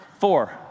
Four